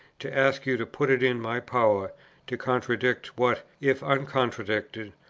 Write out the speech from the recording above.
to ask you to put it in my power to contradict what, if uncontradicted,